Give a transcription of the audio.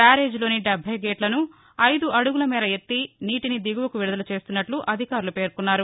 బ్యారేజీలోని డెబ్బె గేట్లను ఐదు అడుగుల మేర ఎత్తి నీటిని దిగువకు విడుదల చేస్తున్నట్లు అధికారులు పేర్కొన్నారు